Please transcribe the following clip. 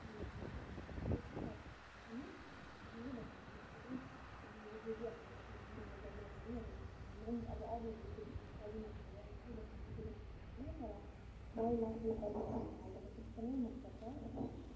उनीहरूले मलाई भन्देको छ र म पनि त्यसरी नै भन्छु जसरी मैले जे जे हालेर बनाएँ आलुदममा भनी हालेँ मैले अघि नै अब अरूहरूले चाहिँ पदिना हालेर बनाउँछ कि बनाउँदैन त्यो चाहिँ मलाई थाहा छैन तर मलाई चाहिँ पदिना हालेको आलुदम एकदमै मनपर्छ